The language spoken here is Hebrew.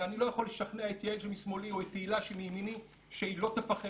אני לא יכול לשכנע את יעל שמשמאלי או את תהילה שמימיני שהיא לא תפחד,